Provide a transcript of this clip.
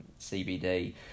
CBD